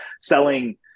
selling